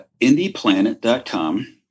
Indieplanet.com